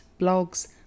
blogs